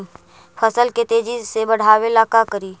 फसल के तेजी से बढ़ाबे ला का करि?